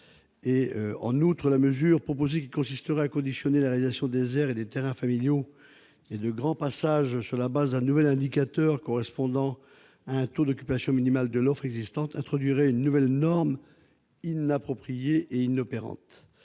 En outre, la mesure proposée qui consisterait à conditionner la réalisation des aires et des terrains familiaux et de grands passages sur la base d'un nouvel indicateur correspondant à un taux d'occupation minimal de l'offre existante introduirait une nouvelle norme inappropriée et inopérante.